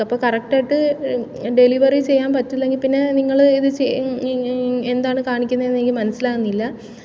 അപ്പം കറക്റ്റ് ആയിട്ട് ഡെലിവറി ചെയ്യാൻ പട്ടില്ലെങ്കിൽപ്പിന്നെ നിങ്ങൾ എന്താണ് കാണിക്കുന്നത് എന്ന് എനിക്ക് മനസ്സിലാകുന്നില്ല